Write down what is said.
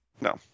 No